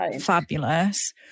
fabulous